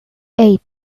eight